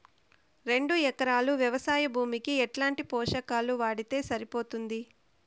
రెండు ఎకరాలు వ్వవసాయ భూమికి ఎట్లాంటి పోషకాలు వాడితే సరిపోతుంది?